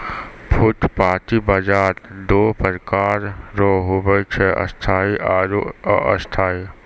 फुटपाटी बाजार दो प्रकार रो हुवै छै स्थायी आरु अस्थायी